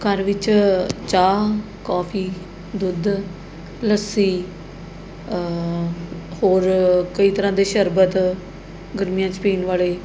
ਘਰ ਵਿੱਚ ਚਾਹ ਕੋਫੀ ਦੁੱਧ ਲੱਸੀ ਹੋਰ ਕਈ ਤਰ੍ਹਾਂ ਦੇ ਸ਼ਰਬਤ ਗਰਮੀਆਂ 'ਚ ਪੀਣ ਵਾਲੇ